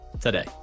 today